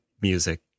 music